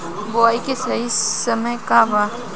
बुआई के सही समय का वा?